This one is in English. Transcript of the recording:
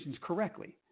correctly